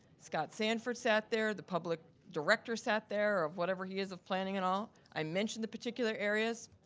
scott sanford sat there, the public director sat there, of whatever he is of planning and all. i mentioned the particular areas.